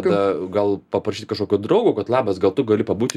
tada gal paprašyt kažkokio draugo kad labas gal tu gali pabūti